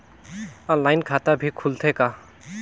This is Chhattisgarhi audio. ऑनलाइन खाता भी खुलथे का?